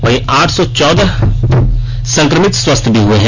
वहीं आठ सौ चौदह संक्रमित स्वस्थ भी हुए है